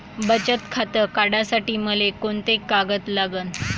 बचत खातं काढासाठी मले कोंते कागद लागन?